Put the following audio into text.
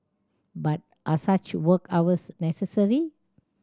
but are such work hours necessary